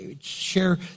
share